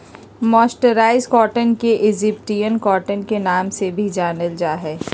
mercerised cotton के Egyptian cotton के नाम से भी जानल जा हई